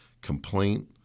complaint